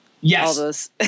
Yes